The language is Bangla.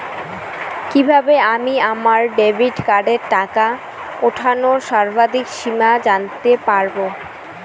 কিভাবে আমি আমার ডেবিট কার্ডের টাকা ওঠানোর সর্বাধিক সীমা জানতে পারব?